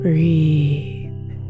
Breathe